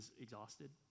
exhausted